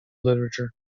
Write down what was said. literature